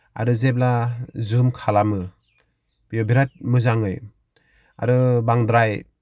खालामो बे बेराद मोजाङै आरो बांद्राय